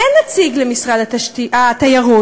אין נציג למשרד התיירות.